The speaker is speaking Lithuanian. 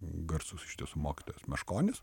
garsus iš tiesų mokytojas meškonis